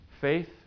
Faith